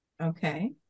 Okay